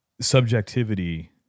subjectivity